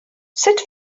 sut